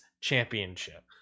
championship